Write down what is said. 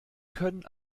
können